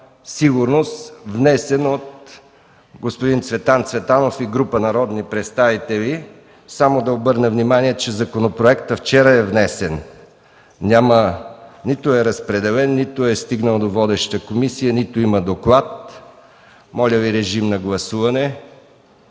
сигурност“, внесен от господин Цветан Цветанов и група народни представители. Да обърна внимание, че законопроектът е внесен вчера. Нито е разпределен, нито е стигнал до водеща комисия, нито има доклад по него. Гласували